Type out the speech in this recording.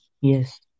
Yes